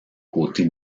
côtés